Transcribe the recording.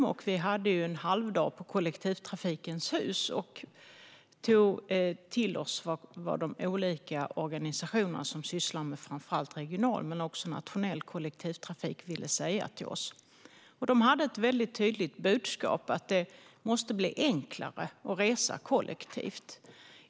Vi i utskottet hade dessutom en halvdag på Kollektivtrafikens hus och tog till oss vad de olika organisationer som sysslar med framför allt regional men också nationell kollektivtrafik ville säga till oss. De hade ett väldigt tydligt budskap: Det måste bli enklare att resa kollektivt.